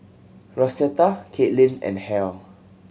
Rosetta Kaitlyn and Halle